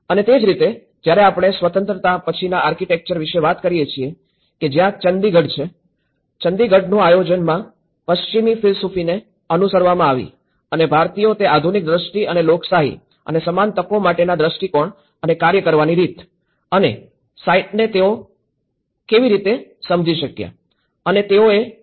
અને તે જ રીતે જ્યારે આપણે સ્વતંત્રતા પછીના આર્કિટેક્ચર વિશે વાત કરીએ છીએ કે જ્યાં ચંદીગઢ છે ચંદીગઢનું આયોજનમાં પશ્ચિમી ફિલસૂફીને અનુસરવામાં આવી અને ભારતીયો તે આધુનિક દ્રષ્ટિ અને લોકશાહી અને સમાન તકો માટેના દ્રષ્ટિકોણ અને કાર્ય કરવાની રીત અને સાઇટને તેઓ તેને કેવી રીતે સમજી શક્યા અને તેઓએ કામ કર્યું